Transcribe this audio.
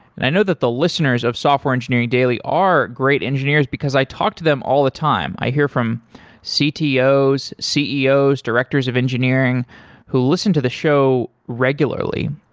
and i know that the listeners of software engineering daily are great engineers because i talk to them all the time. i hear from ctos, ceos, directors of engineering who listen to the show regularly.